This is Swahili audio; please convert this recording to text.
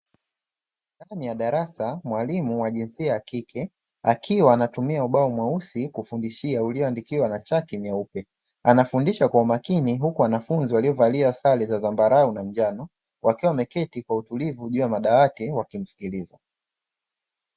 Ndani ya darasa mwalimu wa jinsia ya kike akiwa anatumia ubao mweusi kufundishia ulioandikiwa na chaki nyeupe. Anafundisha kwa umakini, huku wanafunzi waliovalia sare za zambarau na njano wakiwa wameketi kwa utulivu juu ya madawati wakimskiliza.